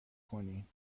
کنین